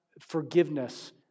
forgiveness